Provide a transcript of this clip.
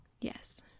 Yes